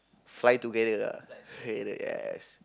fly together ah hey the guys